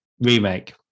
remake